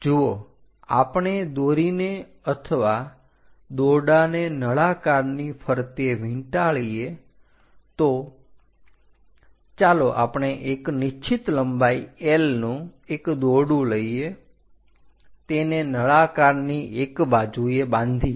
જુઓ આપણે દોરીને અથવા દોરડાને નળાકાર ની ફરતે વીંટાળીએ તો ચાલો આપણે એક નિશ્ચિત લંબાઈ l નું એક દોરડું લઈએ તેને નળાકારની એક બાજુએ બાંધીએ